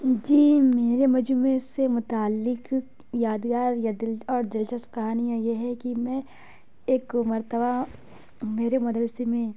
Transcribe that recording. جی میرے مجموعے سے متعلق یادگار یا دل اور دلچسپ کہانیاں یہ ہے کہ میں ایک مرتبہ میرے مدرسے میں